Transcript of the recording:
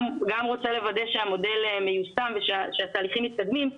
רוצה לוודא שהמודל מיושם ושתהליכים מתקדמים.